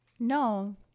No